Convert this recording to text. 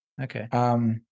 Okay